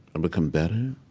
and become better.